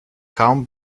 kaum